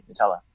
Nutella